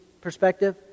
perspective